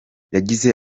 yagize